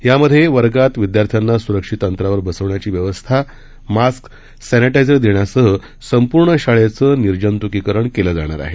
यामध्ये वर्गात विद्यार्थ्यांना स्रक्षित अंतरावर बसविण्याची व्यवस्था मास्क सब्रेटाइझर देण्यासह संपूर्ण शाळेचे निर्जतुकीकरण करण्यात येणार आहेत